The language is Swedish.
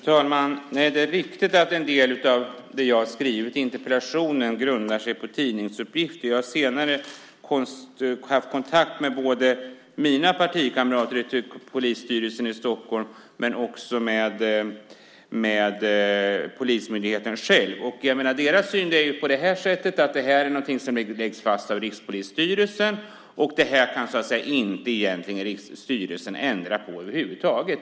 Fru talman! Det är riktigt att en del av det som jag har skrivit i interpellationen grundar sig på tidningsuppgifter. Jag har senare haft kontakt med mina partikamrater i polisstyrelsen i Stockholm men också med polismyndigheten själv. Och deras syn är att detta är någonting som läggs fast av Rikspolisstyrelsen och att styrelsen egentligen inte kan ändra på detta över huvud taget.